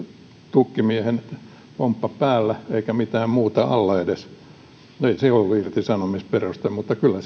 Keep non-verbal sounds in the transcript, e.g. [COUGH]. tukkimiehen pomppa päällä eikä mitään muuta alla edes no ei se ollut irtisanomisperuste mutta kyllä [UNINTELLIGIBLE]